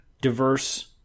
diverse